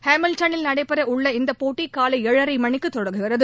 ஹாமில்டன்னில் நடைபெற உள்ள இந்த போட்டி காலை ஏழரை மணிக்கு தொடங்குகிறது